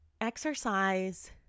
exercise